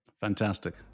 Fantastic